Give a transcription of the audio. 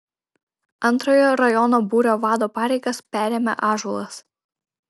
antrojo rajono būrio vado pareigas perėmė ąžuolas